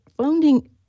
founding